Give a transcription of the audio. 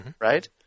Right